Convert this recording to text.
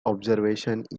observations